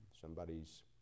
somebody's